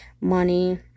money